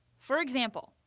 for example,